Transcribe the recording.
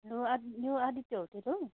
hello यो Aditya hotel हो